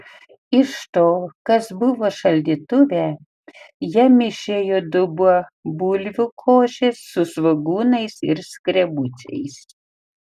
iš to kas buvo šaldytuve jam išėjo dubuo bulvių košės su svogūnais ir skrebučiais